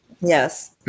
Yes